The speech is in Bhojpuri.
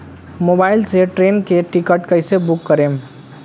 मोबाइल से ट्रेन के टिकिट कैसे बूक करेम?